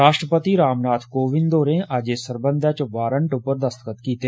राश्ट्रपति रामनाथ कोविंद होरें अज्ज इस सरबंधै च वारंट पर दस्तखत कीते